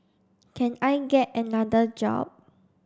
can I get another job